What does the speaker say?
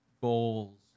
goals